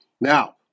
Now